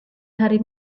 hari